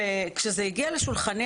כשזה הגיע לשולחני,